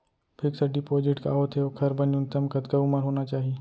Fix deposit का होथे ओखर बर न्यूनतम कतका उमर होना चाहि?